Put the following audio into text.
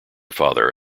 father